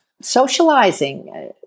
socializing